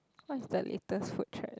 what's the latest food trend